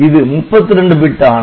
இது 32 பிட் ஆணை